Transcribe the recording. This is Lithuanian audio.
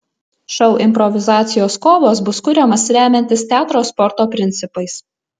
šou improvizacijos kovos bus kuriamas remiantis teatro sporto principais